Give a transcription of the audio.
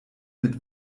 mit